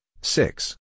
six